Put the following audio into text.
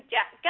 Jack